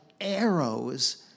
arrows